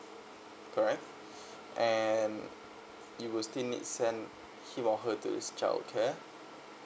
correct and you will still need send him or her to his childcare